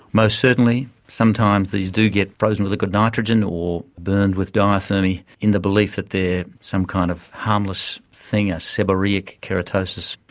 most certainly. sometimes these do get frozen with liquid nitrogen or burned with diathermy in the belief that they are some kind of harmless thing, a seborrhoeic keratosis,